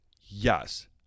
Yes